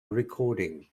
recording